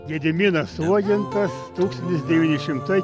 gediminas uogintas tūkstantis devyni šimtai